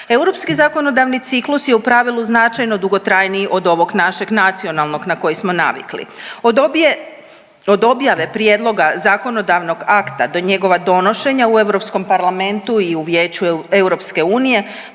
Europski zakonodavni ciklus je u pravilu značajno dugotrajniji od ovog našeg nacionalnog na koji smo navikli. Od objave prijedloga zakonodavnog akta do njegova donošenja u Europskom parlamentu i u Vijeću EU prođe u